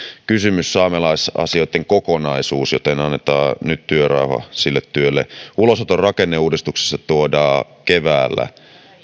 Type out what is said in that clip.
kysymys saamelaisasioitten kokonaisuus joten annetaan nyt työrauha sille työlle ulosoton rakenneuudistuksessa tuodaan keväällä